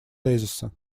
тезиса